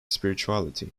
spirituality